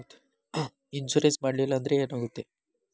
Insurance ಮಾಡಲಿಲ್ಲ ಅಂದ್ರೆ ಏನಾಗುತ್ತದೆ?